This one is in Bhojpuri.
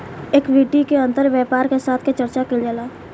इक्विटी के अंदर व्यापार में साथ के चर्चा कईल जाला